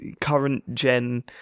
current-gen